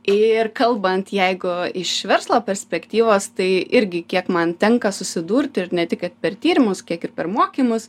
ir kalbant jeigu iš verslo perspektyvos tai irgi kiek man tenka susidurti ir ne tik kad per tyrimus kiek ir per mokymus